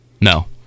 No